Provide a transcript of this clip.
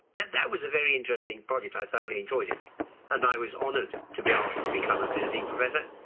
that that was a very interesting project. i thoroughly enjoyed it and i was honoured to be asked to become a visiting professor.